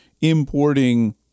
importing